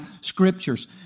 scriptures